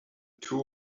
two